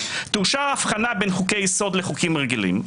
תאושר ההבחנה בין חוקי יסוד לחוקים רגילים.